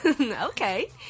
Okay